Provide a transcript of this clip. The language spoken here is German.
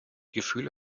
gefühle